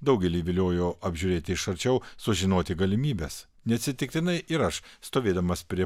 daugelį viliojo apžiūrėti iš arčiau sužinoti galimybes neatsitiktinai ir aš stovėdamas prie